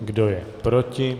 Kdo je proti?